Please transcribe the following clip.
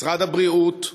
משרד הבריאות,